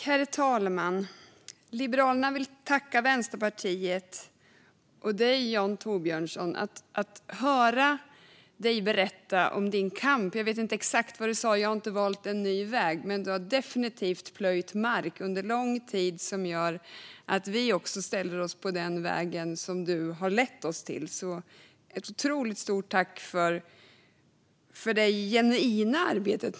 Herr talman! Liberalerna vill tacka Vänsterpartiet - och dig, Jon Thorbjörnson. Vi har fått höra dig berätta om din kamp. Jag vet inte exakt vad du sa om att du inte valt en ny väg - men du har definitivt under lång tid plöjt mark, och det har gjort att vi också har ställt oss på den väg du har lett oss till. Ett otroligt stort tack för ditt genuina arbete.